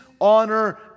honor